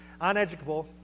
Uneducable